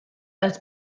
als